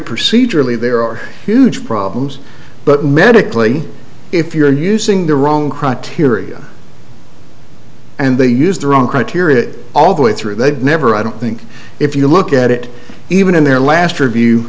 procedurally there are huge problems but medically if you're using the wrong criteria and they use the wrong criteria all the way through they've never i don't think if you look at it even in their last review